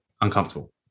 uncomfortable